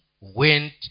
went